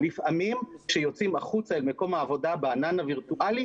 לפעמים כשיוצאים החוצה אל מקום העבודה בענן הווירטואלי,